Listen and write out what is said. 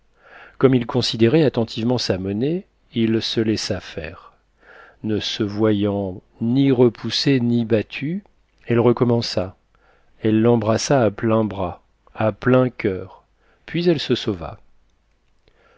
comme il considérait attentivement sa monnaie il se laissa faire ne se voyant ni repoussée ni battue elle recommença elle l'embrassa à pleins bras à plein coeur puis elle se sauva